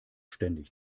ständig